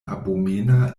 abomena